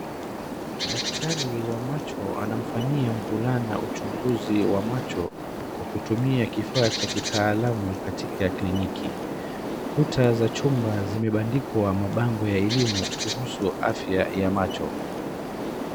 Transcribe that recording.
Daktari wa macho anamfanyia mvulana uchunguzi wa macho, kwa kutumia kifaa cha kitaalamu katika kliniki. Kuta za chumba zimebandikwa mabango ya elimu kuhusu afya ya macho.